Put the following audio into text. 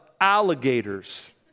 alligators